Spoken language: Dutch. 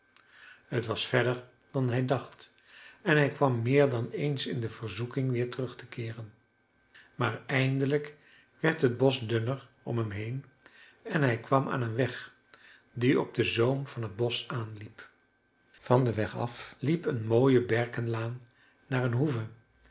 t was verder dan hij dacht en hij kwam meer dan eens in de verzoeking weer terug te keeren maar eindelijk werd het bosch dunner om hem heen en hij kwam aan een weg die op den zoom van het bosch aanliep van den weg af liep een mooie berkenlaan naar een hoeve